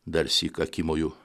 darsyk akimoju